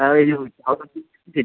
ହଉ ଏ ଯୋଉ